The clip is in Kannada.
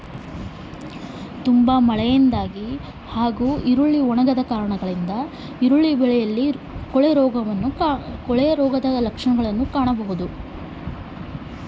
ಈರುಳ್ಳಿ ಬೆಳೆಯಲ್ಲಿ ಕೊಳೆರೋಗದ ಲಕ್ಷಣಗಳೇನು?